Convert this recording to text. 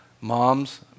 Moms